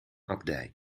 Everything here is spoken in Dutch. abdij